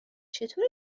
چطور